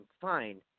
fine